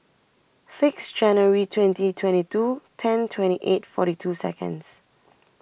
six January twenty twenty two ten twenty eight forty two Seconds